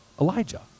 Elijah